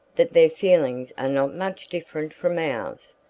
that their feelings are not much different from ours.